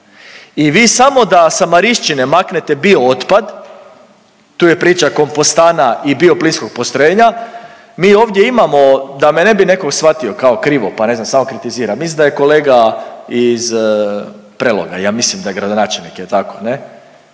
I vi samo da sa Marišćine maknete biootpad, tu je priča kompostana i bioplinskog postrojenja, mi ovdje imamo, da me ne bi netko shvatio kao krivo pa, ne znam, samo kritiziram, mislim da je kolega iz Preloga, ja mislim da je gradonačelnik, je li tako, ne,